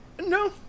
no